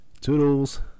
Toodles